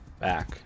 back